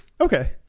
okay